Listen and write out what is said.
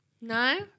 No